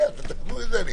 תתקנו את זה.